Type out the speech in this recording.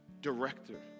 director